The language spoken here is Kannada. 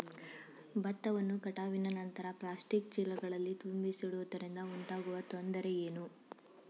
ಭತ್ತವನ್ನು ಕಟಾವಿನ ನಂತರ ಪ್ಲಾಸ್ಟಿಕ್ ಚೀಲಗಳಲ್ಲಿ ತುಂಬಿಸಿಡುವುದರಿಂದ ಉಂಟಾಗುವ ತೊಂದರೆ ಏನು?